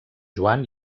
joan